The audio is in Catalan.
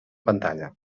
pantalla